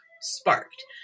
sparked